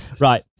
Right